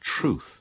truth